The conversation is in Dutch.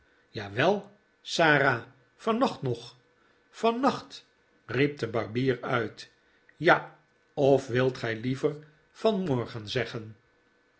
jawel sara vannacht nog vannacht riep de barbier uit ja of wilt gij liever vanmorgen zeggen